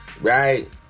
right